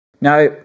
Now